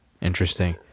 interesting